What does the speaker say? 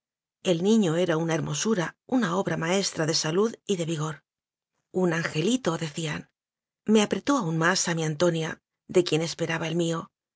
artistael niño era una hermosura una obra maestra de salud y de vigor un angelito decíanme apretó aun más a mi antonia de quien esperaba el mío